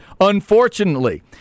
Unfortunately